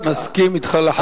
מסכים אתך לחלוטין.